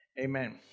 Amen